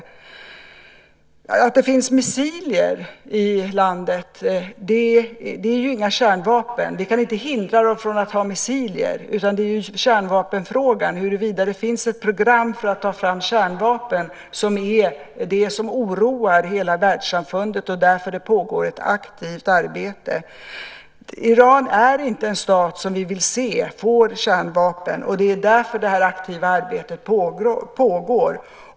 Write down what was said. När det gäller detta med att det finns missiler i landet så är det inga kärnvapen. Vi kan inte hindra dem från att ha missiler, utan det är kärnvapenfrågan - huruvida det finns ett program för att ta fram kärnvapen - som är det som oroar hela världssamfundet och som det pågår ett aktivt arbete om. Iran är inte en stat som vi vill se får kärnvapen. Det är därför som det här aktiva arbetet pågår.